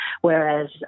whereas